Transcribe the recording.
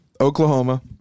Oklahoma